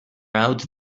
out